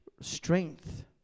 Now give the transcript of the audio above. strength